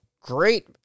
Great